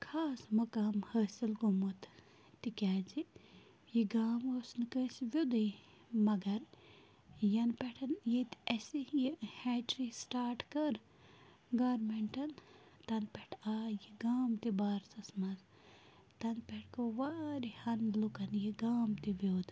خاص مُقام حٲصِل گوٚمُت تِکیٛازِ یہِ گام اوس نہٕ کٲنٛسہِ ویوٚدُے مگر یَنہٕ پٮ۪ٹھ ییٚتہِ اَسہِ یہِ ہیچری سِٹاٹ کٔر گارمٮ۪نٛٹَن تَنہٕ پٮ۪ٹھ آے یہِ گام تہِ بارسَس منٛز تَنہٕ پٮ۪ٹھ گوٚو واریاہَن لُکَن یہِ گام تہِ ویوٚد